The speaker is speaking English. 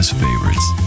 favorites